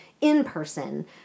in-person